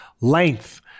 length